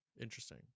Interesting